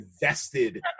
invested